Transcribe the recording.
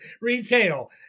retail